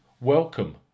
welcome